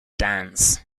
dance